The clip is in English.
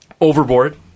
Overboard